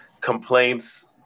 complaints